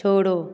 छोड़ो